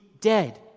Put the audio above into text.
dead